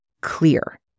clear